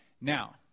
Now